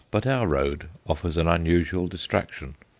but our road offers an unusual distraction.